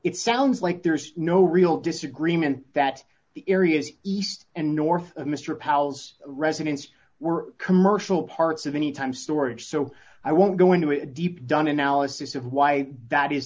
it sounds like there's no real disagreement that the areas east and north of mr powers residence were commercial parts of anytime storage so i won't go into a deep done analysis of why that is